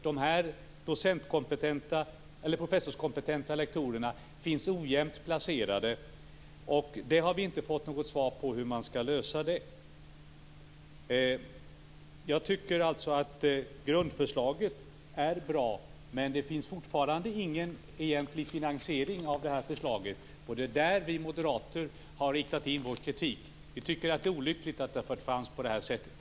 De professorskompetenta lektorerna är ojämnt placerade, och vi har inte fått något besked om hur man skall lösa det. Jag tycker alltså att grundförslaget är bra, men det finns fortfarande ingen egentlig finansiering av förslaget. Det är där vi moderater har riktat in vår kritik. Vi tycker att det är olyckligt att det har förts fram på det här sättet.